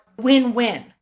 win-win